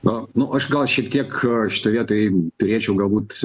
na nu aš gal šiek tiek aš šitoj vietoj turėčiau galbūt